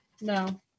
No